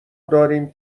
داریم